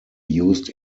used